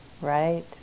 right